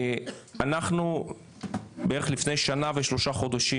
אנחנו בערך לפני שנה ושלושה חודשים,